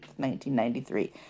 1993